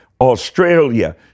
Australia